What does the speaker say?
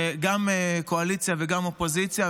גם קואליציה וגם אופוזיציה,